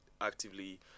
actively